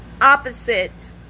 opposite